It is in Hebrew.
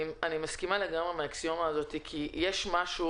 אני מסכימה לגמרי עם האקסיומה הזאת כי יש משהו